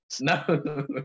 No